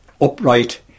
upright